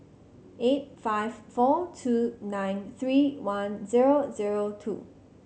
eight five four two nine three one zero zero two